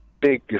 big